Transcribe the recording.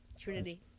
Trinity